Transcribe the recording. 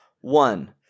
One